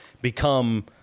become